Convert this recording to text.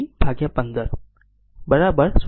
5 e power માટે 2